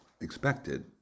expected